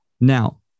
Now